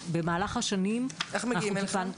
איך מגיעים אליכם?